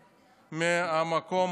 מהמקום הזה,